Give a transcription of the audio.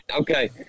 okay